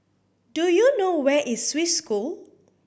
do you know where is Swiss School